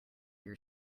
your